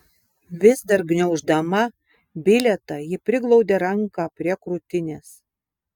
vis dar gniauždama bilietą ji priglaudė ranką prie krūtinės